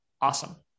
Awesome